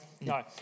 No